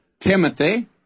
Timothy